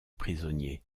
prisonnier